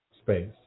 space